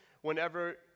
whenever